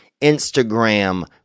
Instagram